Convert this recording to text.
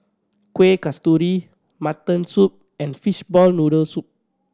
Kuih Kasturi mutton soup and fishball noodle soup